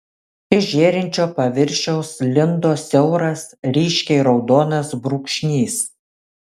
iš žėrinčio paviršiaus lindo siauras ryškiai raudonas brūkšnys